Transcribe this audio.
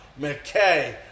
McKay